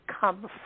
come